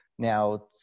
Now